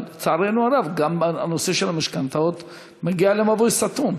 אבל לצערנו הרב גם הנושא של המשכנתאות מגיע למבוי סתום.